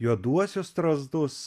juoduosius strazdus